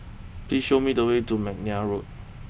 please show me the way to McNair Road